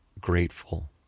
grateful